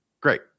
Great